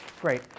Great